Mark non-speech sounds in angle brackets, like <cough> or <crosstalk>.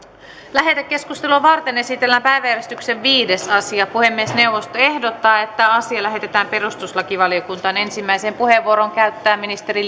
lähetekeskustelua varten esitellään päiväjärjestyksen viides asia puhemiesneuvosto ehdottaa että asia lähetetään perustuslakivaliokuntaan ensimmäisen puheenvuoron käyttää ministeri <unintelligible>